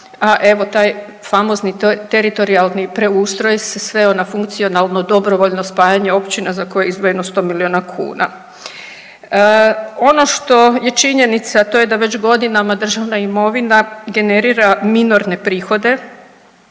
a evo taj famozni teritorijalni preustroj se sveo na funkcionalno dobrovoljno spajanje općina za koje je izdvojeno 100 milijuna kuna. Ono što je činjenica to je da već godinama državna imovina generira minorne prihode